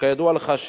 וכידוע לך,